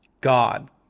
God